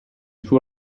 suo